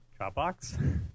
Dropbox